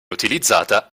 utilizzata